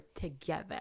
together